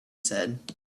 said